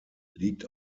liegt